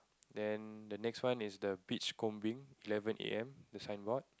then the next one is the beach combing eleven a_m the signboard